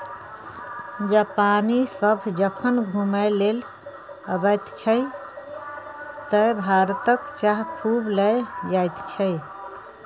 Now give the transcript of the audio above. जापानी सभ जखन घुमय लेल अबैत छै तँ भारतक चाह खूब लए जाइत छै